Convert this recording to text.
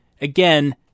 again